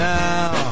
now